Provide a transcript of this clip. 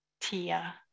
Tia